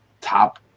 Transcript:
top